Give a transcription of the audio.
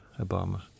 Obama